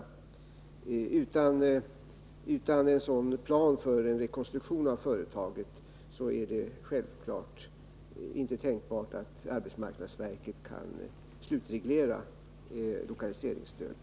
Utan en sådan plan för en rekonstruktion av företaget är det givetvis inte tänkbart att arbetsmarknadsverket kan slutreglera lokaliseringsstödet.